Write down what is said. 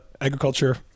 agriculture